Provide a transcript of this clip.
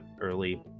early